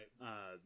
Right